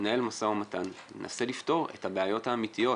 ננהל משא ומתן וננסה לפתור את הבעיות האמיתיות